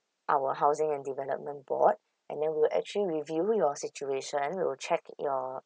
our housing and development board and then we'll actually review your situation we'll check your